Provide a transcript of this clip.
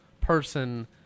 person